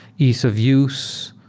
ease of use,